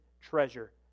treasure